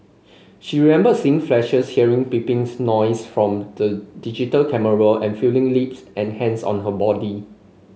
she remembered seeing flashes hearing beeping noises from the digital camera and feeling lips and hands on her body